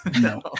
no